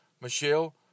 Michelle